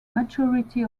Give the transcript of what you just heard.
majority